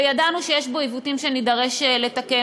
וידענו שיש בו עיוותים שנידרש לתקן.